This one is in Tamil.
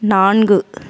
நான்கு